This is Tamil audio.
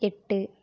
எட்டு